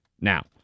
now